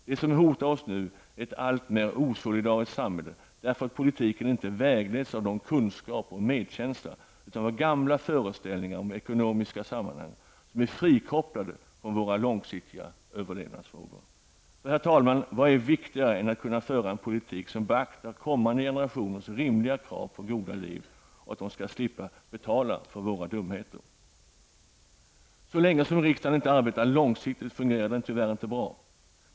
Det som hotar oss nu är ett alltmer osolidariskt samhälle, därför att politiken inte vägleds av kunskaper och medkänsla utan av gamla föreställningar om ekonomiska sammanhang, som är frikopplade från våra långsiktiga överlevnadsfrågor. Vad är viktigare än att kunna föra en politik, som beaktar kommande generationerns rimliga krav på goda liv och att de skall slippa betala för våra dumheter? Så länge riksdagen inte arbetar långsiktigt fungerar den tyvärr inte väl.